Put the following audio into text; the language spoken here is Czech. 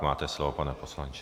Máte slovo, pane poslanče.